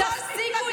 חוסר לקיחת